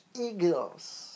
Eagles